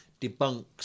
debunks